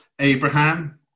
Abraham